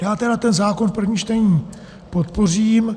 Já tedy ten zákon v prvním čtení podpořím.